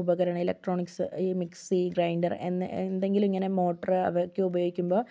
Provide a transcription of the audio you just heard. ഉപകരണം ഇലക്ട്രോണിക്സ് ഈ mixie grinder എന്ന് എന്തെങ്കിലും ഇങ്ങനെ മോട്ടറോ അതൊക്കെ ഉപയോഗിക്കുമ്പോൾ